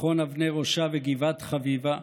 מכון אבני ראשה וגבעת חביבה,